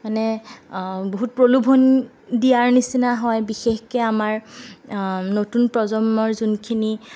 মানে বহুত প্ৰলোভন দিয়াৰ নিচিনা হয় বিশেষকৈ আমাৰ নতুন প্ৰজন্মৰ যোনখিনি